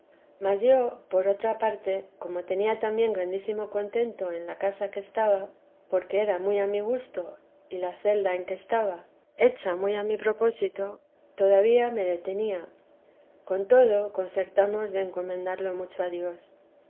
mas yo por otra parte como tenía tan grandísimo contento en la casa que estaba porque era muy a mi gusto y la celda en que estaba hecha muy a mi propósito todavía me detenía con todo concertamos de encomendarlo mucho a dios